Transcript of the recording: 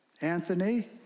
Anthony